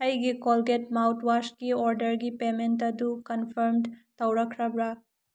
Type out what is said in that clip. ꯑꯩꯒꯤ ꯀꯣꯜꯒꯦꯠ ꯃꯥꯎꯠꯋꯥꯁꯀꯤ ꯑꯣꯔꯗ꯭ꯔꯒꯤ ꯄꯦꯃꯦꯟ ꯑꯗꯨ ꯀꯟꯐꯥ꯭ꯔꯝ ꯇꯧꯔꯛꯈ꯭ꯔꯕ꯭ꯔꯥ